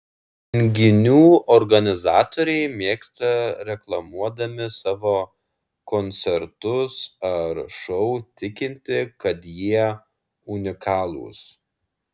renginių organizatoriai mėgsta reklamuodami savo koncertus ar šou tikinti kad jie unikalūs